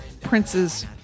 Prince's